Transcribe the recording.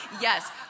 Yes